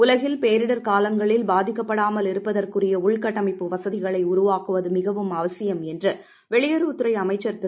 உலகில் பேரிடர் காலங்களில் பாதிக்கப்படாமலிருப்பதற்குரிய உள்கட்டமைப்பு வசதிகளை உருவாக்குவது மிகவும் அவசியம் என்று வெளியுறவுத் துறை அமைச்சர் திரு